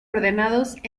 ordenados